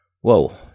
Whoa